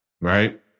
right